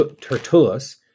Tertullus